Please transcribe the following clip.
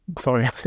Sorry